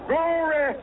Glory